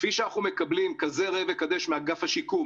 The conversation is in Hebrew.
כפי שאנחנו מקבלים כזה ראה וקדש מאגף השיקום